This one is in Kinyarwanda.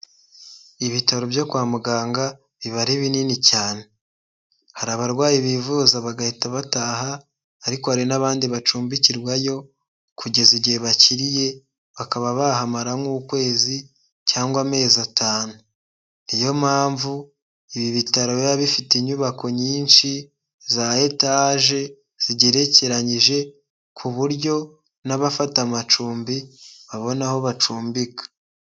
Ibitaro byo kwa muganga biba ari binini cyane. Hari abarwayi bivuza bagahita bataha ariko hari n'abandi bacumbikirwayo kugeza igihe bakiriye, bakaba bahamara nk'ukwezi cyangwa amezi atanu, niyo mpamvu ibi bitaro biba bifite inyubako nyinshi za etaje, zigerekeranyije, ku buryo n'abafata amacumbi babona aho bacumbika.